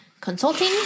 consulting